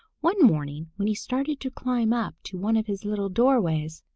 one morning, when he started to climb up to one of his little doorways,